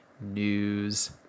news